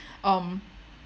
um